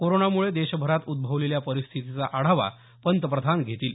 कोरोनामुळे देशभरात उद्भवलेल्या परिस्थितीचा आढावा पंतप्रधान घेतील